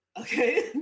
okay